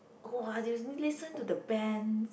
[wah] you listen to the band